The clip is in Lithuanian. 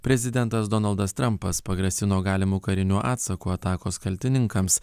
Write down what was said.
prezidentas donaldas trampas pagrasino galimu kariniu atsaku atakos kaltininkams